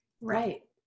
Right